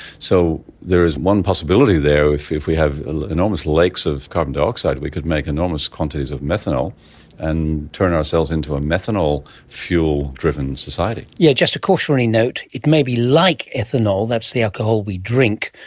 so there is one possibility there if if we have enormous lakes of carbon dioxide we could make enormous quantities of methanol and turn ourselves into a methanol fuel driven society. yes, yeah just a cautionary note, it may be like ethanol, that's the alcohol we drink,